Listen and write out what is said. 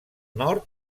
nord